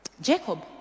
Jacob